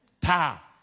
Ta